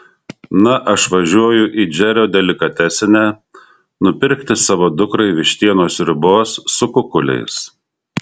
na aš važiuoju į džerio delikatesinę nupirkti savo dukrai vištienos sriubos su kukuliais